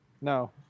No